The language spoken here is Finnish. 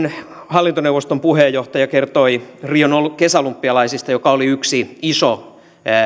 hallintoneuvoston puheenjohtaja kertoi rion kesäolympialaisista jotka olivat yksi iso